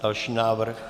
Další návrh.